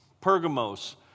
Pergamos